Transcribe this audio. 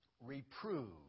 Reprove